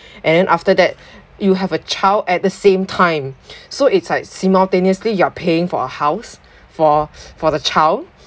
and then after that you have a child at the same time so it's like simultaneously you are paying for a house for for the child